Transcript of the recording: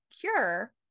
cure